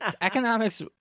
Economics